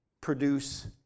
produce